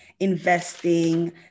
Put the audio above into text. investing